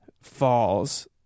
falls